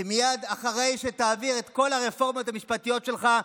שמייד אחרי שתעביר את כל הרפורמות המשפטיות שלך,